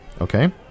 Okay